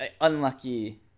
Unlucky